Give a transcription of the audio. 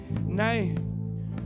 name